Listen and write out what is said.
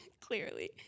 clearly